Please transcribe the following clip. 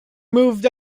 moved